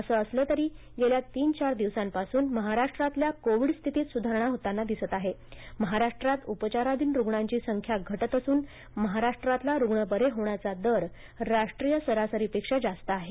असं असलं तरी गेल्या तीन चार दिवसांपासून महाराष्ट्रातल्या कोविड स्थितीत सुधारणा होताना दिसत आहे महाराष्ट्रात उपचारधीन रुग्णांची संख्या घटत असून महाराष्ट्रातला रुण बरे होण्याचा दर राष्ट्रीय सरासरीपेक्षा जास्त आहे